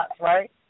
right